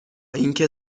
اینکه